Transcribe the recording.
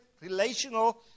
relational